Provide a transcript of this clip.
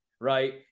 right